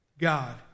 God